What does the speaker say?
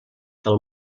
del